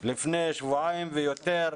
לפני שבועיים ויותר.